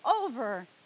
over